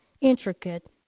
intricate